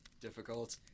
difficult